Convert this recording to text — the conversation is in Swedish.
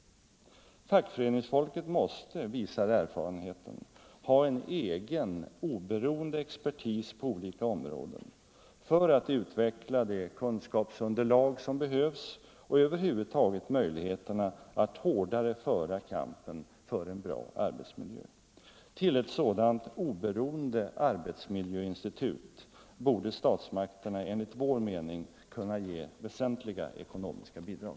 Fackföreningsfolket måste — det visar erfarenheten — ha en egen, oberoende expertis på olika områden för att utveckla det kunskapsunderlag som behövs och över huvud taget öka möjligheterna att hårdare föra kampen för en bra arbetsmiljö. Till ett sådant oberoende arbetsmiljöinstitut borde statsmakterna enligt vår mening kunna ge väsentliga ekonomiska bidrag.